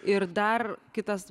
ir dar kitas